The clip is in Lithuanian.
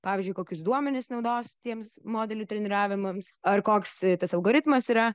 pavyzdžiui kokius duomenis naudos tiems modelių treniravimas ar koks tas algoritmas yra